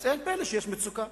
אז אין פלא שיש מצוקה.